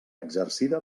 exercida